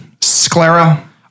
sclera